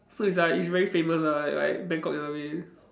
so it's like it's very famous lah like Bangkok in a way